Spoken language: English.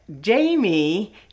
Jamie